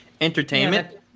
Entertainment